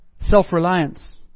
Self-reliance